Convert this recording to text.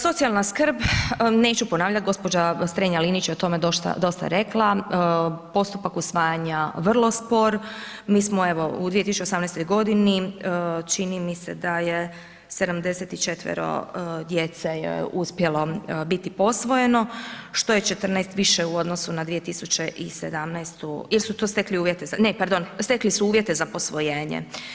Socijalna skrb, neću ponavljati, gospođa Strenja Linić je o tome dosta rekla, postupak usvajanja vrlo spor, mi smo evo u 2018. godini, čini mi se da je 74 djece je uspjelo biti posvojeno, što je 14 više u odnosu na 2017. ili su to stekli uvjete za, ne pardon, stekli su uvjete za posvojenje.